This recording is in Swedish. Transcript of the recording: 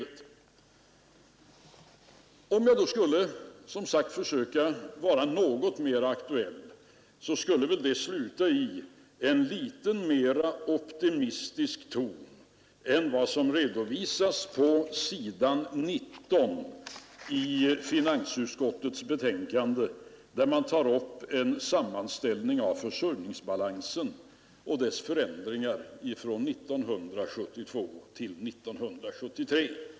Men om jag som sagt nu skulle försöka vara något mera aktuell, skulle jag vilja sluta i en något mera optimistisk ton än vad som redovisas på S. 19 i finansutskottets betänkande, där man lämnar en sammanställning lerande åtgärder av försörjningsbalansens förändringar från 1972 till 1973.